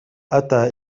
أتى